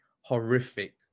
horrific